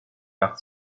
par